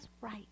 Right